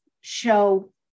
show